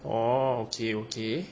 oh okay okay